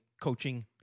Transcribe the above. coaching